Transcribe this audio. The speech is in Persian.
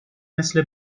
مثل